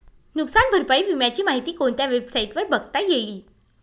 नुकसान भरपाई विम्याची माहिती कोणत्या वेबसाईटवर बघता येईल?